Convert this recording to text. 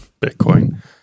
Bitcoin